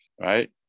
right